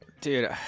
Dude